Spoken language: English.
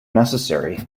necessary